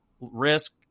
risk